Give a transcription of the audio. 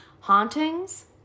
hauntings